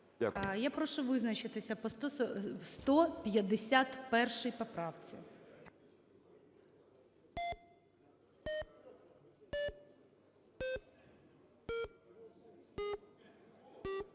Я прошу визначитися по 151 поправці.